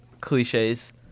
cliches